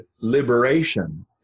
liberation